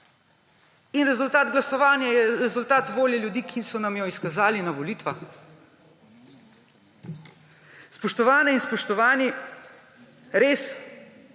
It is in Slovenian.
in rezultat glasovanja je rezultat volje ljudi, ki so nam jo izkazali na volitvah. Spoštovane in spoštovani, res,